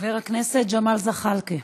חבר הכנסת ג'מאל זחאלקה,